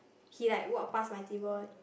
he like walk past my table